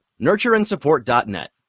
nurtureandsupport.net